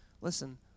Listen